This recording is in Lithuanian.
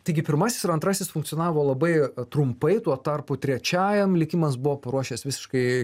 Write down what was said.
taigi pirmasis ir antrasis funkcionavo labai trumpai tuo tarpu trečiajam likimas buvo paruošęs visiškai